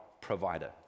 provider